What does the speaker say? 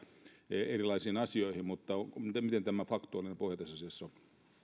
erilaisiin asioihin mutta miten tämä faktuaalinen pohja tässä asiassa